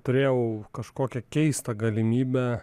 turėjau kažkokią keistą galimybę